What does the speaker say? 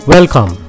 Welcome